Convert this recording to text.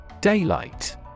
Daylight